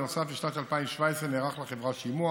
בנוסף, בשנת 2017 נערך לחברה שימוע